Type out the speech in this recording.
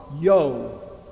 Yo